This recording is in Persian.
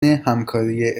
همکاری